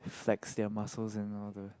flex their muscles and all the